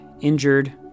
injured